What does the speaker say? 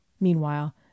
meanwhile